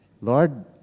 Lord